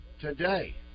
today